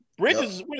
Bridges